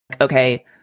Okay